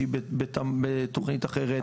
שהיא בתכנית אחרת,